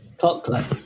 Chocolate